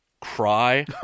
cry